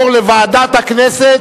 לוועדה שתקבע ועדת הכנסת